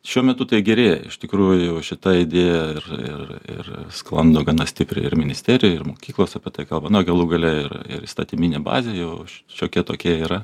šiuo metu tai gerėja iš tikrųjų šita idėja ir ir ir sklando gana stipri ir ministerijoj ir mokyklos apie tai kalba na galų gale ir ir įstatyminė bazė jau šiokia tokia yra